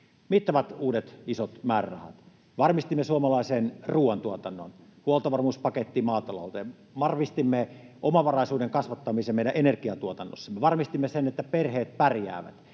mittavat uudet isot määrärahat — varmistimme suomalaisen ruoantuotannon — huoltovarmuuspaketti maatalouteen — varmistimme omavaraisuuden kasvattamisen meidän energiantuotannossa, me varmistimme sen, että perheet pärjäävät